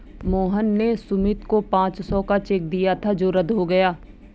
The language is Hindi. मोहन ने सुमित को पाँच सौ का चेक दिया था जो रद्द हो गया